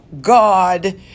God